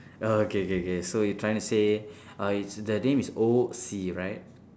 oh okay K K so you're trying to say uh it's the name is O C right